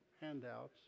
handouts